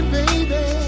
baby